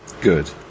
Good